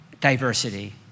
diversity